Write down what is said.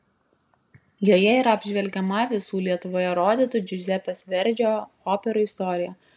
joje yra apžvelgiama visų lietuvoje rodytų džiuzepės verdžio operų istorija